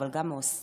אבל גם מאוסטרליה.